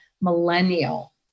millennial